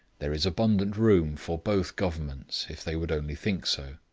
there is abundant room for both governments, if they would only think so.